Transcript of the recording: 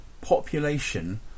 population